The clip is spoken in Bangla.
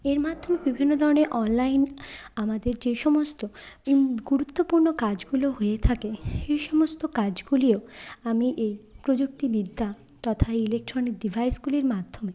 এর মাধ্যমে বিভিন্ন ধরনের অনলাইন আমাদের যে সমস্ত গুরুত্বপূর্ণ কাজগুলো হয়ে থাকে এই সমস্ত কাজগুলিও আমি এই প্রযুক্তিবিদ্যা তথা ইলেকট্রনিক ডিভাইসগুলির মাধ্যমে